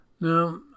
Now